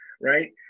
right